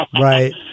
Right